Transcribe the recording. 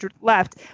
left